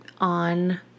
on